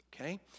okay